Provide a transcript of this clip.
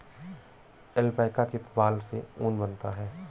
alpaca के बाल से ऊन बनता है